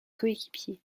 coéquipiers